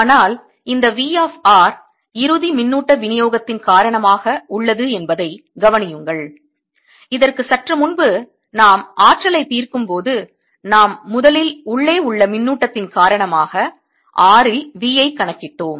ஆனால் இந்த V of r இறுதி மின்னூட்ட விநியோகத்தின் காரணமாக உள்ளது என்பதை கவனியுங்கள் இதற்கு சற்று முன்பு நாம் ஆற்றலை தீர்க்கும் போது நாம் முதலில் உள்ளே உள்ள மின்னூட்டத்தின் காரணமாக r ல் V ஐ கணக்கிட்டோம்